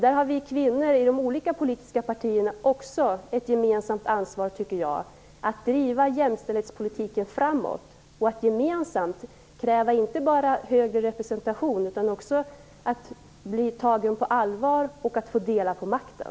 Där har vi kvinnor inom olika politiska partier också ett gemensamt ansvar för att driva jämställdhetspolitiken framåt och för att inte bara kräva större representation utan också kräva att bli tagna på allvar och få dela på makten.